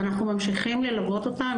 אנחנו ממשיכים ללוות אותם.